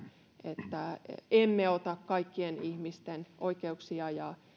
että emme ota kaikkien ihmisten oikeuksia ja